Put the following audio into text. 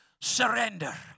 surrender